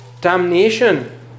damnation